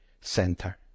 center